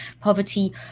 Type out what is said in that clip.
poverty